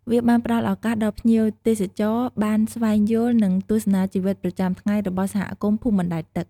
វាបានផ្តល់ឱកាសដល់ភ្ញៀវទេសចរបានស្វែងយល់ និងទស្សនាជីវិតប្រចាំថ្ងៃរបស់សហគមន៍ភូមិបណ្ដែតទឹក។